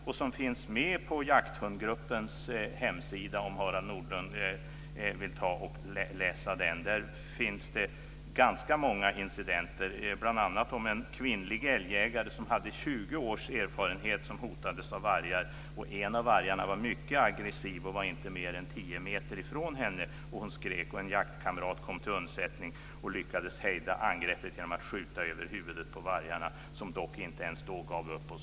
Dessa finns med på Jakthundgruppens hemsida, om Harald Nordlund vill läsa den. Där finns ganska många incidenter, bl.a. en kvinnlig älgjägare som hade 20 års erfarenhet. Hon hotades av vargar. En av vargarna var mycket aggressiv och var inte mer än tio meter ifrån henne. Hon skrek och en jaktkamrat kom till undsättning och lyckades hejda angreppet genom att skjuta över huvudet på vargarna, som dock inte ens då gav upp.